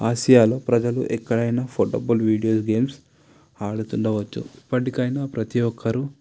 ఆసియాలో ప్రజలు ఎక్కడైనా పోర్టబుల్ వీడియో గేమ్స్ ఆడుతుండవచ్చు ఇప్పటికైనా ప్రతి ఒక్కరు